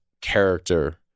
character